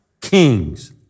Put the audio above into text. kings